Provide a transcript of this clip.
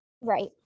Right